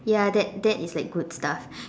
ya that that is like good stuff